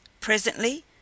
Presently